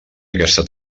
aquesta